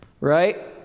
right